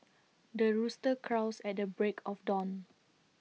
the rooster crows at the break of dawn